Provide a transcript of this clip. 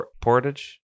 Portage